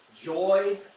joy